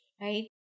right